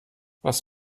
was